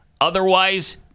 Otherwise